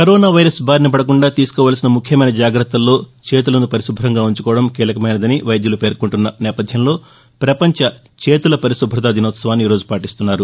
corona virus బారిన పడకుండా తీసుకోవలసిన ముఖ్యమైన జాగ్రత్తల్లో చేతులను పరిశుభంగా ఉంచుకోవడం కీలకమైనదని వైద్యులు పేర్కొంటున్న నేపథ్యంలో పపంచ చేతుల పరిశుభ్రత దినోత్సవాన్ని ఈరోజు పాటిస్తున్నారు